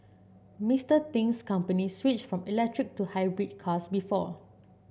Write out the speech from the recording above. Mister Ting's company switched from electric to hybrid cars before